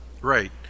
Right